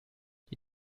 die